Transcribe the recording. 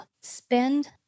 spend